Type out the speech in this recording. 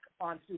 on